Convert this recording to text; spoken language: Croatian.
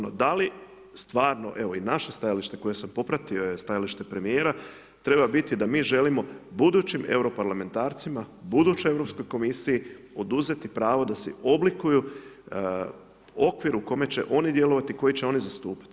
Da li stvarno i naše stajalište koje sam popratio je stajalište za premjera, treba biti da mi želimo budućim europarlamentarcima, budućoj Europskoj komisiji, oduzeti pravo da si oblikuju okvir u kojem će oni djelovati koji će oni zastupiti.